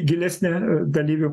gilesnė dalyvių